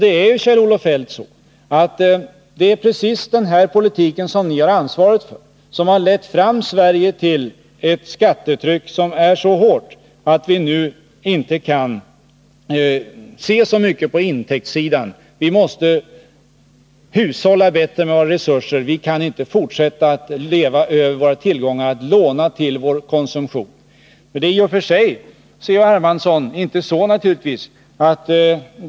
Det är, Kjell-Olof Feldt, just den här politiken, som ni har ansvaret för, som lett Sverige till ett skattetryck som är så hårt att vi nu inte kan se så mycket på intäktsidan. Vi måste hushålla bättre med våra resurser. Vi kan inte fortsätta och leva över våra tillgångar och låna till vår konsumtion. Det finns naturligtvis, C.-H.